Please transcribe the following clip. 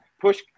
push